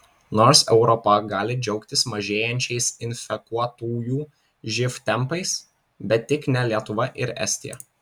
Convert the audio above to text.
nors europa gali džiaugtis mažėjančiais infekuotųjų živ tempais bet tik ne lietuva ir estija